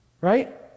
right